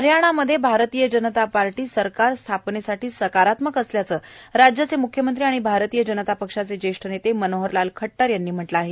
हरयाणामध्ये भारतीय जनता पार्टी सरकार स्थापनेसाठी सकारात्मक असल्याचं राज्याचे म्ख्यमंत्री आणि भारतीय जनता पक्षाचे ज्येश्ठ नेेते मनोहरलाल खट्रर यांनी म्हटलं आहे